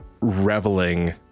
reveling